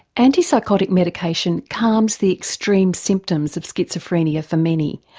antipsychotic medication calms the extreme symptoms of schizophrenia for many.